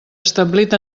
establit